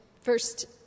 first